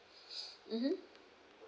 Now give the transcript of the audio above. mmhmm